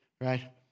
right